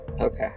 Okay